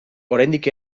oraindik